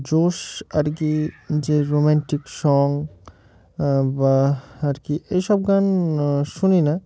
জোশ আর কি যে রোম্যান্টিক সং বা আর কি এইসব গান শুনি না